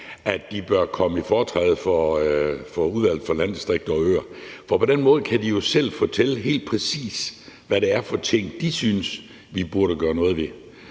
at de bør komme i foretræde for Udvalget for Landdistrikter og Øer. For på den måde kan de jo selv fortælle, helt præcis hvad det er for nogle ting, de synes vi burde gøre noget ved,